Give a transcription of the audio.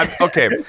Okay